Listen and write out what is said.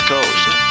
Coast